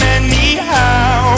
anyhow